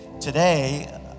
today